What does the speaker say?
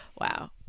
Wow